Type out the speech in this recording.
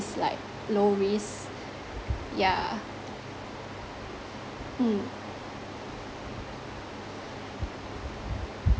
it's like low risk yeah mm